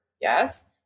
Yes